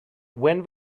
when